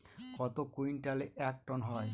কত কুইন্টালে এক টন হয়?